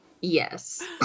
yes